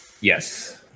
Yes